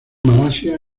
malasia